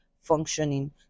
functioning